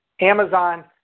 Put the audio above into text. Amazon